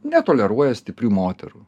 netoleruoja stiprių moterų